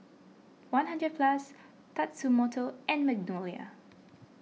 one hundred Plus Tatsumoto and Magnolia